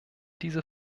diese